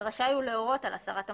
רשאי הוא להורות על הסרת המותקן,